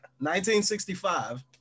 1965